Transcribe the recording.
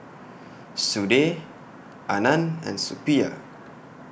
Sudhir Anand and Suppiah